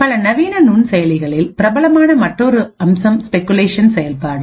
பல நவீன நுண்செயலிகளில் பிரபலமான மற்றொரு அம்சம் ஸ்பெகுலேஷன் செயல்பாடு